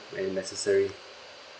and necessary